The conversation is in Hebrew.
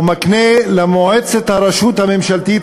או: מקנה למועצת הרשות הממשלתית,